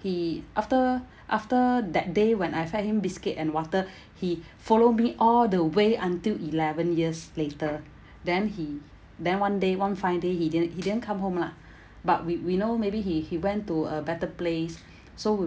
he after after that day when I fed him biscuit and water he follow me all the way until eleven years later then he then one day one fine day he didn't he didn't come home lah but we we know maybe he he went to a better place so we